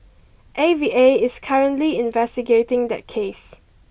A V A is currently investigating that case